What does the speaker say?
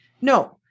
no